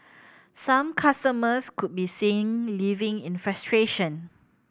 some customers could be seen leaving in frustration